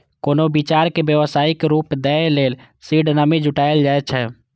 कोनो विचार कें व्यावसायिक रूप दै लेल सीड मनी जुटायल जाए छै